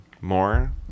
more